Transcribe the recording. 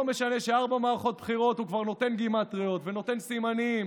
לא משנה שבארבע מערכות בחירות הוא כבר נותן גימטריות ונותן סימנים